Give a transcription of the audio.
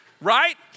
right